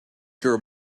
your